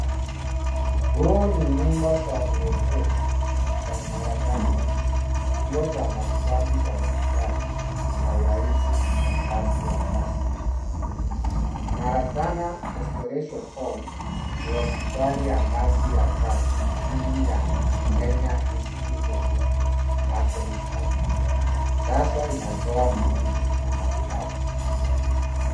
Huu ni nyumba za urejesho za Maranatha. Kituo cha matibabu cha hospitali na uraibu cha ngazi ya tatu. Maranatha Restoration Home ni hospitali ya ngazi ya tatu chini ya Kenya Institute of Business and Counselling Studies, sasa inatoa vipimo na matibabu.